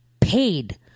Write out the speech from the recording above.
paid